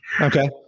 Okay